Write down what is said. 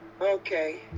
Okay